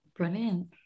Brilliant